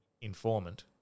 informant